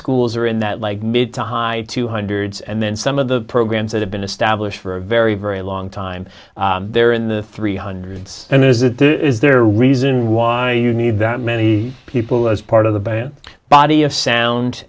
schools are in that like mid to high to hundreds and then some of the programs that have been established for a very very long time there in the three hundred centers that there is there a reason why you need that many people as part of the body of sound